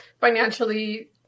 financially